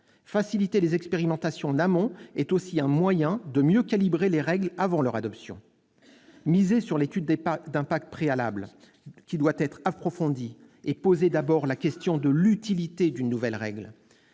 Faciliter les expérimentations en amont est aussi un moyen de mieux calibrer les règles avant leur adoption. Nous devons également miser sur l'étude d'impact préalable, qui doit être approfondie, et poser d'abord la question de l'utilité d'une nouvelle règle.